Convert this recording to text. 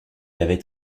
avait